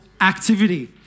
activity